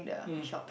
mm